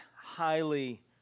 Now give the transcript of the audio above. highly